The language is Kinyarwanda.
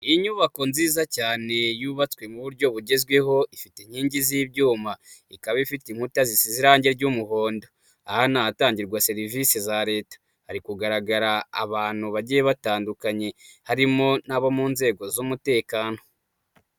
Iyi nyubako nziza cyane yubatswe mu buryo bugezweho, ifite inkingi z'ibyuma, ikaba ifite inkuta zisize irangi ry'umuhondo, aha ni ahatangirwa serivisi za Leta, hari kugaragara abantu bagiye batandukanye, harimo n'abo mu nzego z'umutekano.